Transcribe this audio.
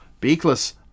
beakless